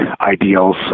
ideals